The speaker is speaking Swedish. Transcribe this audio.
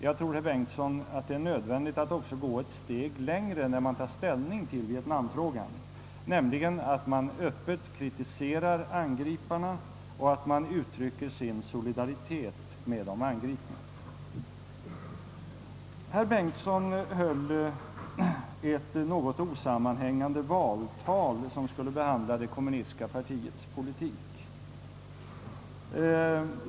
Jag tror, herr Bengtsson, att det är nödvändigt att gå ett steg längre när man tar ställning till vietnamfrågan, nämligen att man öppet kritiserar angriparna och uttrycker sin solidaritet med de angripna. Herr Bengtsson höll ett något osammanhängande valtal, som skulle behandla det kommunistiska partiets politik.